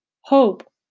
Hope